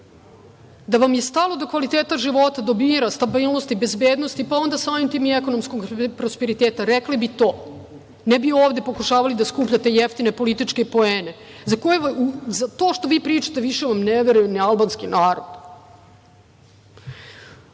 Da vam je stalo do kvaliteta života, do mira, stabilnosti, bezbednosti, pa onda samim tim i ekonomskog prosperiteta rekli bi to, ne bi ovde pokušavali da skupljate jeftine političke poene. To što vi pričate više vam ne veruje ni albanski narod. Da